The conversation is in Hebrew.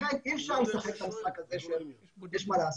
לכן אי אפשר לשחק את המשחק הזה של יש מה לעשות.